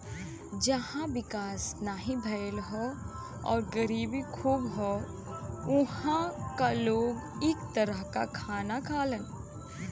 जहां विकास नाहीं भयल हौ आउर गरीबी खूब हौ उहां क लोग इ तरह क खाना खालन